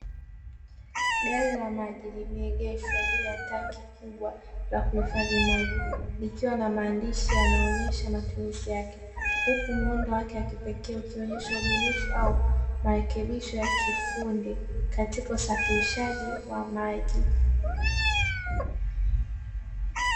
Gari la maji limeegeshwa juu ya tenki kubwa la kuhifadhi maji, likiwa na maandishi yanaonesha matumizi yake. Huku muundo wake wa kipekee ukionyesha ubunifu, au marekebisho ya kiufundi katika usafirishaji wa maji.